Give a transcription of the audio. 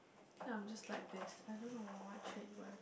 I think I'm just like this I don't know what trait